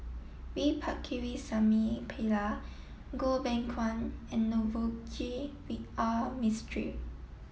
V Pakirisamy Pillai Goh Beng Kwan and Navroji R Mistri